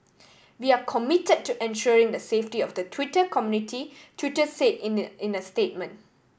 we are committed to ensuring the safety of the Twitter community Twitter say in a in a statement